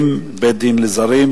20) (בית-דין לזרים),